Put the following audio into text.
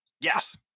Yes